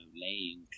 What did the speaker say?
laying